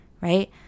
right